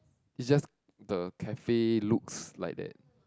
is just the cafe looks like that